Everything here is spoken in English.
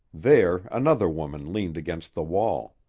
there another woman leaned against the wall.